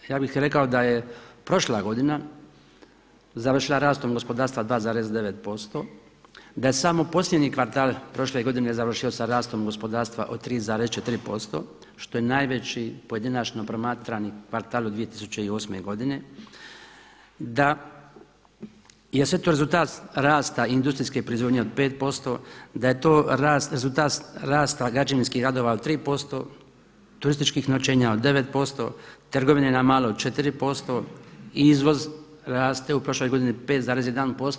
Ja bih rekao da je prošla godina završila rastom gospodarstva 2,9%, da je samo posljednji kvartal prošle godine završio sa rastom gospodarstva od 3,4% što je najveći pojedinačno promatrani kvartal od 2008. godine, da je sve to rezultat rasta industrijske proizvodnje od 5%, da je to rezultat rasta građevinskih radova 3%, turističkih noćenja od 9%, trgovine na malo 4%, izvoz raste u prošloj godini 5,1%